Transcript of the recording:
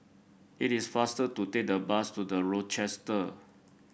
it is faster to take the bus to The Rochester